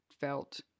felt